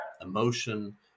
emotion